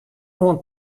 oan